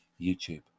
YouTube